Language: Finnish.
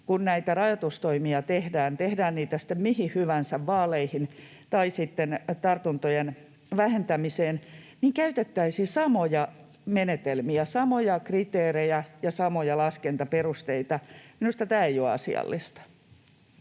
kun näitä rajoitustoimia tehdään — tehdään niitä sitten mihin hyvänsä, vaaleihin tai sitten tartuntojen vähentämiseen — käytettäisiin samoja menetelmiä, samoja kriteerejä ja samoja laskentaperusteita. Minusta tämä ei ole asiallista.